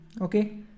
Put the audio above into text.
Okay